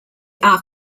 are